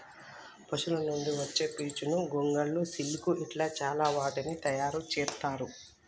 పశువుల నుండి వచ్చే పీచును గొంగళ్ళు సిల్క్ ఇట్లా చాల వాటిని తయారు చెత్తారు